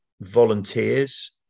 volunteers